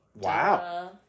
Wow